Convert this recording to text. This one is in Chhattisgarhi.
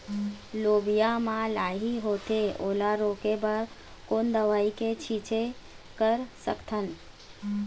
लोबिया मा लाही होथे ओला रोके बर कोन दवई के छीचें कर सकथन?